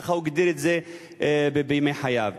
ככה הוא הגדיר את זה בימי חייו,